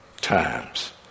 times